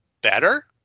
better